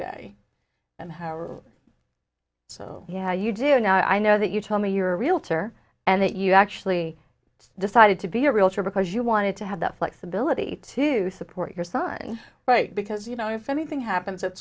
day and how are so yeah you do now i know that you tell me you're a realtor and that you actually decided to be a realtor because you wanted to have that flexibility to support your son right because you know if anything happens at